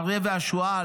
האריה והשועל,